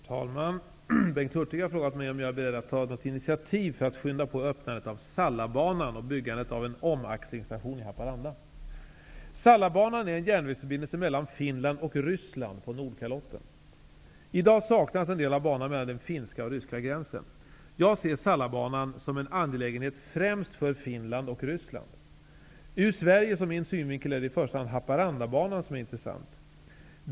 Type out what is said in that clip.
Herr talman! Bengt Hurtig har frågat mig om jag är beredd att ta något initiativ för att skynda på öppnandet av Sallabanan och byggandet av en omaxlingsstation i Haparanda. Finland och Ryssland på Nordkalotten. I dag saknas en del av banan mellan den finska och ryska gränsen. Jag ser Sallabanan som en angelägenhet främst för Finland och Ryssland. Ur Sveriges och min synvinkel är det i första hand Haparandabanan som är intressant.